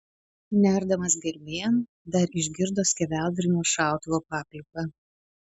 nerdamas gelmėn dar išgirdo skeveldrinio šautuvo papliūpą